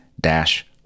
dash